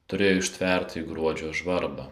turėjo ištverti gruodžio žvarbą